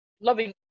loving